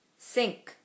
sink